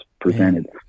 presented